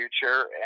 future